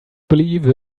believe